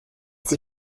sie